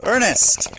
Ernest